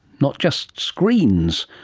not just screens.